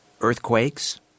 earthquakes